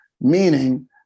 meaning